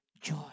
joy